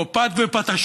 או פת ופטשון,